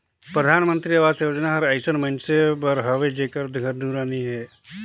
परधानमंतरी अवास योजना हर अइसन मइनसे बर हवे जेकर घर दुरा नी हे